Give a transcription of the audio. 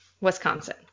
Wisconsin